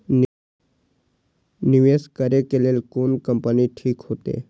निवेश करे के लेल कोन कंपनी ठीक होते?